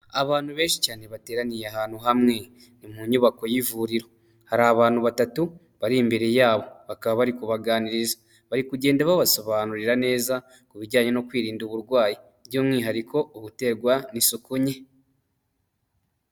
Abantu benshi cyane bateraniye ahantu hamwe ni mu nyubako y'ivuriro, hari abantu batatu bari imbere yabo bakaba bari kubaganiriza, bari kugenda babasobanurira neza ku bijyanye no kwirinda uburwayi by'umwihariko ubutegwa n'isuku nke.